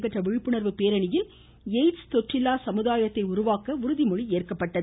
சேலத்தில் விழிப்புணர்வு பேரணியில் எய்ட்ஸ் தொற்றில்லா சமுதாயத்தை உருவாக்க உறுதி மொழி ஏற்கப்பட்டது